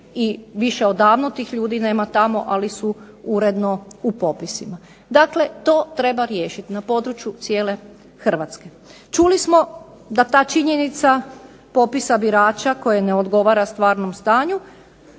više odavno tih ljudi nema tamo, ali su uredno u popisima. Dakle, to treba riješiti na području cijele Hrvatske. Čuli smo da ta činjenica popisa birača koja ne odgovara stvarnom stanju